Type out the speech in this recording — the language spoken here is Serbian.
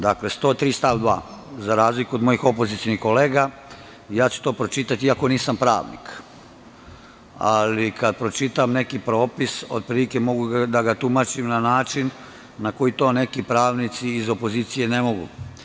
Dakle, 103. stav 2.Za razliku od mojih opozicionih kolega ja ću to pročitati, iako nisam pravnik, ali kada pročitam neki propis, otprilike mogu da ga tumačim na način na koji to neki pravnici iz opozicije ne mogu.